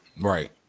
Right